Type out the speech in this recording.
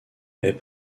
est